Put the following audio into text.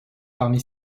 parmi